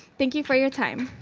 thank you for your time.